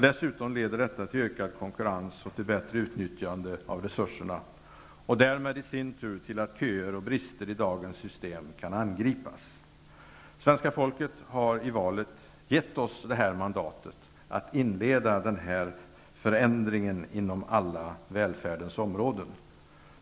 Dessutom leder detta till ökad konkurrens och till ett bättre utnyttjande av resurserna och därmed i sin tur till att köer och brister i dagens system kan angripas. Svenska folket har i valet gett oss mandat att inleda den här förändringen inom alla välfärdens områden.